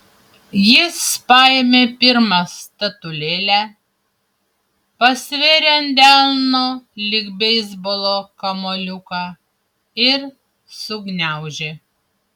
jis paėmė pirmą statulėlę pasvėrė ant delno lyg beisbolo kamuoliuką ir sugniaužė